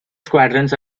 squadrons